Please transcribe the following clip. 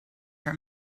her